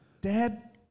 Dad